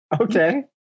Okay